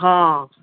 हा